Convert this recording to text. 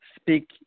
speak